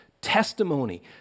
testimony